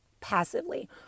passively